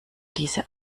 diese